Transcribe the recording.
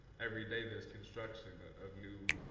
every day, there's construction of new,